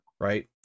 right